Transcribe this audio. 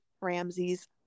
Ramsey's